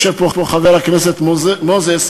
יושב פה חבר הכנסת מוזס,